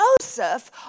Joseph